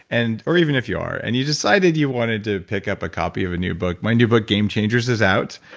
and or even if you are, and you decided you wanted to pick up a copy of a new book, my new book game changers is out,